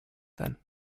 then